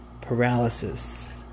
paralysis